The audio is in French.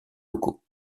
locaux